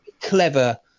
clever